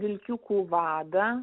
vilkiukų vadą